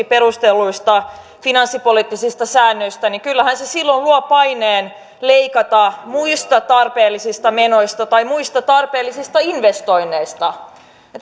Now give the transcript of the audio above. perustelluista finanssipoliittisista säännöistä niin kyllähän se silloin luo paineen leikata muista tarpeellisista menoista tai muista tarpeellisista investoinneista